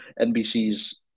NBC's